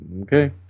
Okay